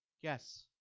Yes